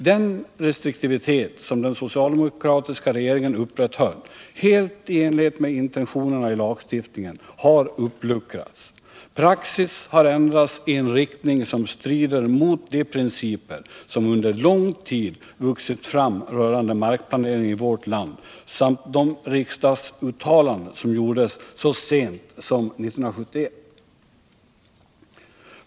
Den restriktivitet som den socialdemokratiska regeringen upprätthöll — helt i enlighet med intentionerna i lagstiftningen — har uppluckrats. Praxis har ändrats i en riktning som strider mot de principer som under lång tid vuxit fram rörande markplaneringen i vårt land samt de riksdagsuttalanden som gjordes så sent som 1971.